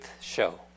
show